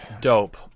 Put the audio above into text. Dope